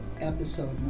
episode